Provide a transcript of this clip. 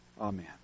Amen